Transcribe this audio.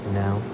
now